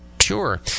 sure